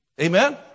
Amen